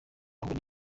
ahubwo